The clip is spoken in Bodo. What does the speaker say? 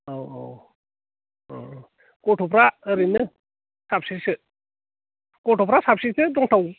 औ औ अ' गथ'फोरा ओरैनो साबेसेसो गथ'फोर साबेसेसो दंथाव